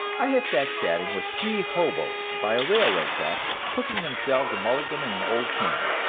i have sat chatting with three hoboes by a railroad track, cooking themselves a mulligan in an old can,